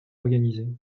organisés